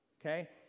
okay